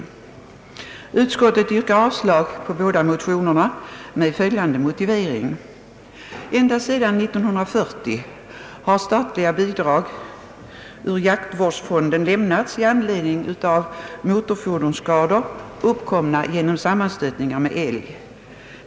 Utskottsmajoriteten yrkar avslag på båda motionsparen med bl.a. följande motivering: Ända sedan 1940-talet har statliga bidrag lämnats i anledning av motorfordonsskador, uppkomna genom sammanstötningar med älg. Tidigare anlitades jaktvårdsfonden härför.